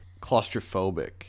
claustrophobic